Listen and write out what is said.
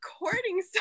recording